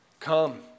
Come